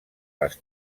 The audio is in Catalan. les